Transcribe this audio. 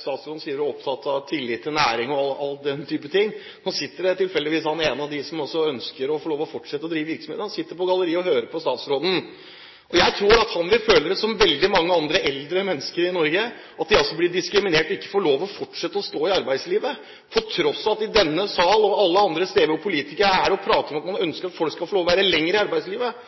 statsråden sier at hun er opptatt av tillit til næringen og den type ting. Nå sitter tilfeldigvis den ene av dem som ønsker å fortsette med å drive sin virksomhet, på galleriet og hører på statsråden. Jeg tror at han vil føle, som veldig mange andre eldre mennesker i Norge, at han blir diskriminert når han ikke får lov til å fortsette å stå i arbeid. På tross av at det i denne sal og alle andre steder hvor politikere er og snakker om at man ønsker at folk skal få lov å være lenger i arbeidslivet,